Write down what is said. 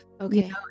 Okay